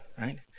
right